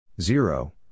zero